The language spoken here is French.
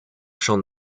champ